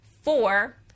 Four